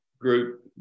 group